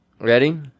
ready